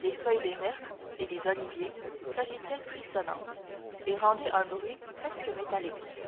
les feuilles des myrtes et des oliviers s'agitaient frissonnantes et rendaient un bruit presque métallique